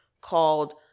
called